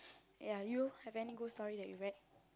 ya you have any ghost story that you read